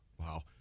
wow